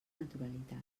naturalitat